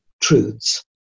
truths